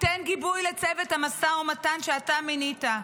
תן גיבוי לצוות המשא ומתן שאתה מינית.